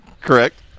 correct